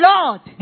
Lord